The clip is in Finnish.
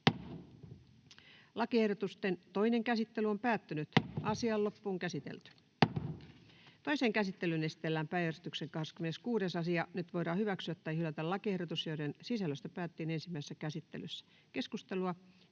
ja ammattikorkeakoululain muuttamisesta Time: N/A Content: Toiseen käsittelyyn esitellään päiväjärjestyksen 15. asia. Nyt voidaan hyväksyä tai hylätä lakiehdotukset, joiden sisällöstä päätettiin ensimmäisessä käsittelyssä. — Keskustelua,